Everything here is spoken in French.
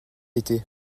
été